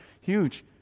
huge